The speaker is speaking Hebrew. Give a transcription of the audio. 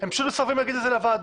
הם פשוט מסרבים להגיד אותה לוועדה.